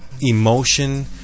emotion